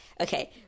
Okay